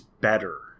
better